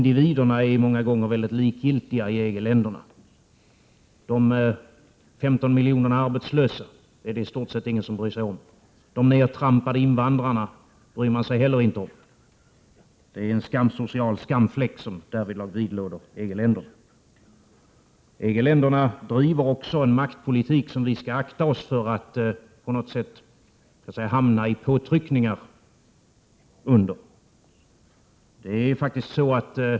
De är många gånger likgiltiga i EG-länderna. De 15 miljoner arbetslösa människorna är det i stort sett ingen som bryr sig om. De nedtrampade invandrarna bryr man sig inte heller om. Det är en social skamfläck som därvidlag vidlåder EG-länderna. EG-länderna för också en maktpolitik för vars påtryckningar vi skall akta oss.